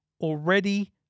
already